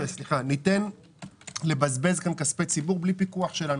ניתן לבזבז כאן כספי ציבור בלי פיקוח שלנו.